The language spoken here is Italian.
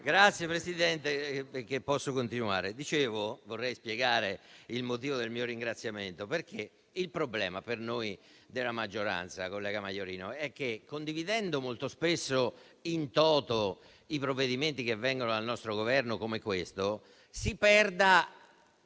Grazie, Presidente, perché posso continuare. Vorrei spiegare il motivo del mio ringraziamento. Il problema per noi della maggioranza, collega Maiorino, è che, condividendo molto spesso *in toto* i provvedimenti che vengono dal nostro Governo, come questo, si perde